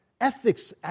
ethics